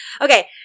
Okay